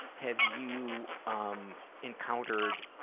have you um encountered